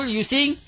using